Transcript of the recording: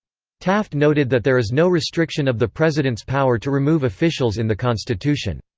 taft noted that there is no restriction of the president's power to remove officials in the constitution.